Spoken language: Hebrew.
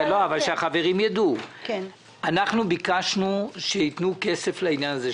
אנחנו ביקשנו שיתנו כסף לעניין הזה,